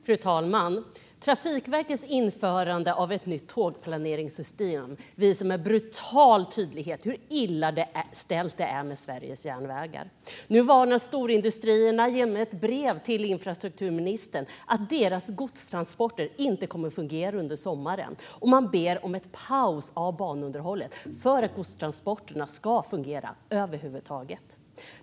Fru talman! Trafikverkets införande av ett nytt tågplaneringssystem visar med brutal tydlighet hur illa det är ställt med Sveriges järnvägar. Nu varnar storindustrierna genom ett brev till infrastrukturministern för att deras godstransporter inte kommer fungera under sommaren, och man ber om en paus i banunderhållet för att godstransporterna ska fungera över huvud taget.